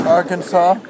Arkansas